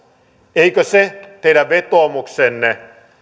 eikö se teidän vetoomuksenne